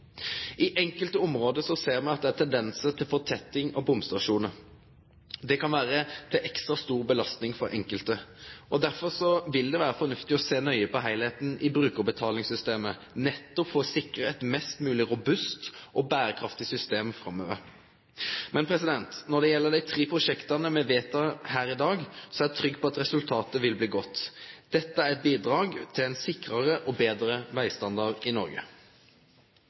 I enkelte område ser me at det er tendensar til fortetting av bomstasjonar. Det kan vere til ekstra stor belastning for enkelte. Derfor vil det vere fornuftig å sjå nøye på heilskapen i brukarbetalingssystemet, nettopp for å sikre eit mest mogleg robust og berekraftig system framover. Men, når det gjeld dei tre prosjekta me vedtek her i dag, er eg trygg på at resultatet vil bli godt. Dette er eit bidrag til ein sikrare og betre vegstandard i Noreg.